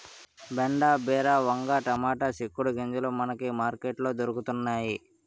బెండ బీర వంగ టమాటా సిక్కుడు గింజలు మనకి మార్కెట్ లో దొరకతన్నేయి